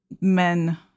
men